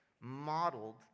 modeled